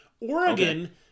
Oregon